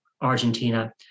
Argentina